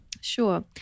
sure